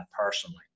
personally